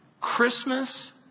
Christmas